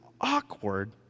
awkward